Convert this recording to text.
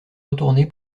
retourné